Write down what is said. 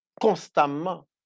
constamment